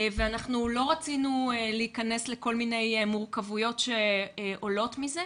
ואנחנו לא רצינו להיכנס לכל מיני מורכבויות שעולות מזה.